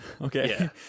okay